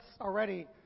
already